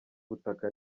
ubutaka